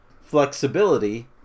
flexibility